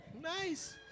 nice